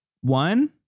one